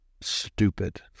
stupid